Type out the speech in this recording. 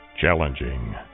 Challenging